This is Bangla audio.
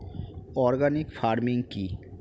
অর্গানিক ফার্মিং কি?